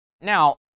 Now